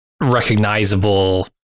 recognizable